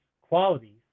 qualities